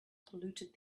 polluted